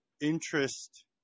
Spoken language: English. interest